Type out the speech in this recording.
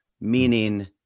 Meaning